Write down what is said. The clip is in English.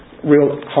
real